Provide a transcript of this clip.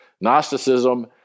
Gnosticism